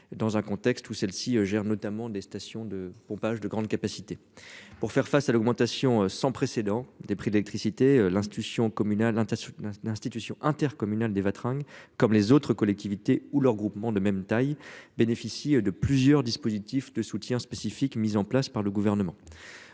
Dans un contexte où celle-ci gère notamment des stations de pompage de grande capacité pour faire face à l'augmentation sans précédent des prix de l'électricité, l'institution communale ta soutenance d'institutions intercommunale des. Comme les autres collectivités ou leurs groupements de même taille bénéficie de plusieurs dispositifs de soutien spécifique mise en place par le gouvernement